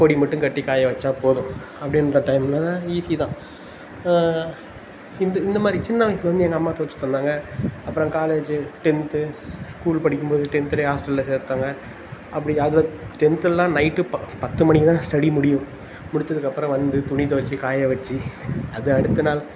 கொடி மட்டும் கட்டி காய வைச்சா போதும் அப்படின்ற டைமெல்லாம் ஈசி தான் இந்து இந்தமாதிரி சின்ன வயசுலருந்து எங்கள் அம்மா தோய்ச்சி தந்தாங்க அப்புறம் காலேஜு டென்த்து ஸ்கூல் படிக்கும் போது டென்த்துலேயே ஹாஸ்டலில் சேர்த்தாங்க அப்படி அதில் டென்த்தெல்லாம் நைட்டு ப பத்து மணிக்கு தான் ஸ்டடி முடியும் முடிச்சதுக்கப்புறம் வந்து துணி துவச்சி காய வெச்சு அது அடுத்த நாள்